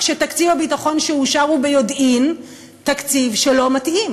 כשתקציב הביטחון שאושר הוא ביודעין תקציב שלא מתאים?